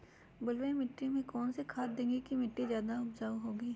बलुई मिट्टी में कौन कौन से खाद देगें की मिट्टी ज्यादा उपजाऊ होगी?